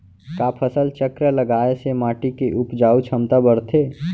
का फसल चक्र लगाय से माटी के उपजाऊ क्षमता बढ़थे?